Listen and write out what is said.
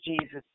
Jesus